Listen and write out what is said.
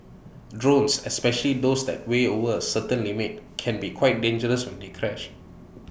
drones especially those that weigh over A certain limit can be quite dangerous when they crash